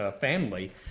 family